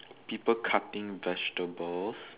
people cutting vegetables